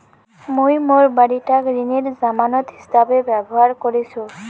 মুই মোর বাড়িটাক ঋণের জামানত হিছাবে ব্যবহার করিসু